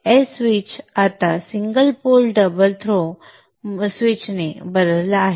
S switch आता single pole double throw switch ने बदलला आहे